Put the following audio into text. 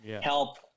help